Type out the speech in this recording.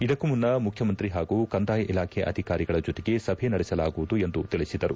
ಇದಕ್ಕೂ ಮುನ್ನ ಮುಖ್ಯಮಂತ್ರಿ ಹಾಗೂ ಕಂದಾಯ ಇಲಾಖೆ ಅಧಿಕಾರಿಗಳ ಜೊತೆಗೆ ಸಭೆ ನಡೆಸಲಾಗುವುದು ಎಂದು ತಿಳಿಸಿದರು